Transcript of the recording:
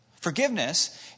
Forgiveness